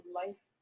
life